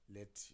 Let